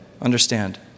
understand